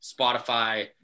Spotify